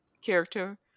character